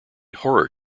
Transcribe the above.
horror